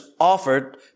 offered